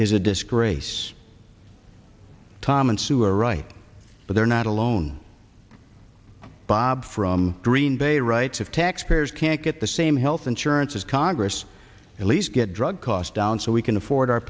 is a disgrace tom and sue are right but they're not alone bob from green bay writes of taxpayers can't get the same health insurance as congress at least get drug cost down so we can afford